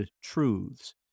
truths